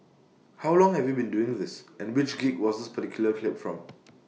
how long have you been doing this and which gig was this particular clip from